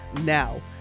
now